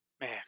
Man